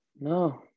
No